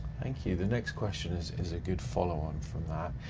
thank you, the next question is is a good follow-on from that.